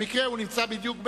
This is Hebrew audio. במקרה הוא נמצא בדיוק באמצע,